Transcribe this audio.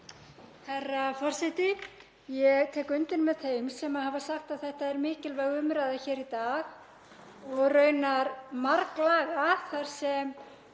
Herra forseti. Ég tek undir með þeim sem hafa sagt að þetta sé mikilvæg umræða hér í dag og raunar marglaga, þar sem